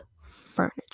furniture